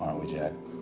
we, jack?